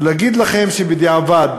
ולהגיד לכם שבדיעבד,